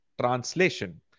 translation